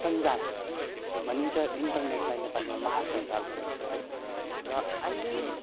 सञ्जाल भनिन्छ इन्टर्नेटलाई नेपालीमा महासञ्जाल भनिन्छ है र अहिले